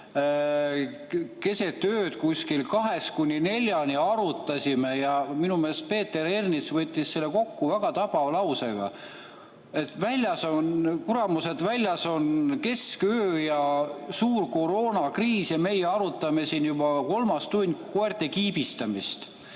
keset ööd kuskil kahest kuni neljani, ja minu meelest Peeter Ernits võttis selle kokku väga tabava lausega, et kuramust, väljas on kesköö ja suur koroonakriis ja meie arutame siin juba kolmandat tundi koerte kiibistamist.